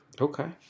Okay